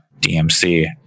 DMC